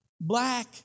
black